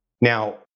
Now